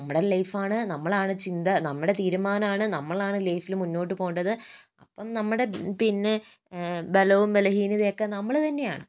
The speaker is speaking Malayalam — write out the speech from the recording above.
നമ്മുടെ ലൈഫാണ് നമ്മളാണ് ചിന്ത നമ്മളെ തീരുമാനമാണ് നമ്മളാണ് ലൈഫിൽ മുന്നോട്ട് പോണ്ടത് അപ്പോൾ നമ്മുടെ പിന്നെ നമ്മുടെ ബലവും ബലഹീനതയും ഒക്കെ നമ്മൾ തന്നെയാണ്